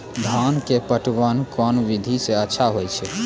धान के पटवन कोन विधि सै अच्छा होय छै?